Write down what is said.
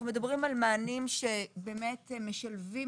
אנחנו מדברים על מענים שבאמת משלבים